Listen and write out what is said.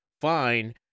fine